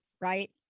right